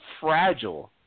fragile